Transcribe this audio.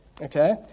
Okay